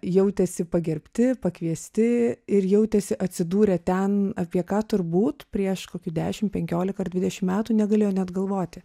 jautėsi pagerbti pakviesti ir jautėsi atsidūrę ten apie ką turbūt prieš kokių dešim penkiolika ar dvidešim metų negalėjo net galvoti